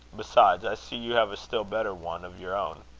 besides, i see you have a still better one of your own.